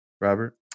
Robert